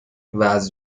واز